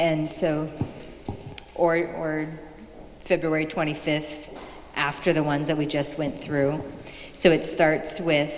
and so or or february twenty fifth after the ones that we just went through so it starts with